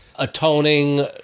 atoning